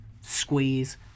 squeeze